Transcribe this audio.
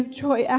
joy